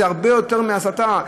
שזה הרבה יותר מהסתה,